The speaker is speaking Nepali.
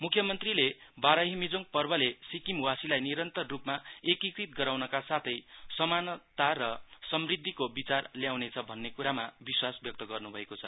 मुख्यमन्त्रीले बाराहिमीजोङ पर्वले सिक्किमवासीलाई निरन्तर रुपमा एकिकृत गराउनका साथै समानता र समृद्धिको विचार ल्याउनेछ भन्नेकुरामा विश्वास व्यक्त गर्नु भएको छ